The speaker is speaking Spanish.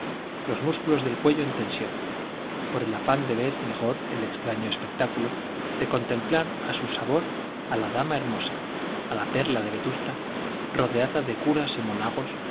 los músculos del cuello en tensión por el afán de ver mejor el extraño espectáculo de contemplar a su sabor a la dama hermosa a la perla de vetusta rodeada de curas y monagos